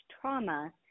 trauma